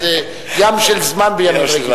זה ים של זמן בימים רגילים.